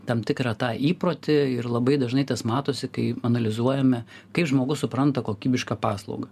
tam tikrą tą įprotį ir labai dažnai tas matosi kai analizuojame kaip žmogus supranta kokybišką paslaugą